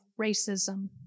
racism